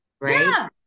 Right